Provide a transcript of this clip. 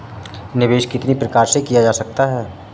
निवेश कितनी प्रकार से किया जा सकता है?